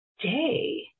day